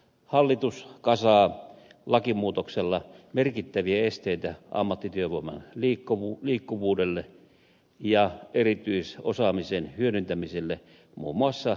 hallitus kasaa lakimuutoksella merkittäviä esteitä ammattityövoiman liikkuvuudelle ja erityisosaamisen hyödyntämiselle muun muassa telakoilla